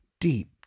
deep